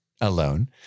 alone